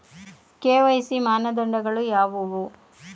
KYC ಮಾನದಂಡಗಳು ಯಾವುವು?